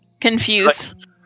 Confused